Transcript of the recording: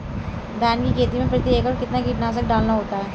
धान की खेती में प्रति एकड़ कितना कीटनाशक डालना होता है?